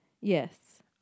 yes